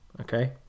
Okay